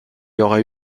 aurait